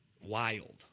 Wild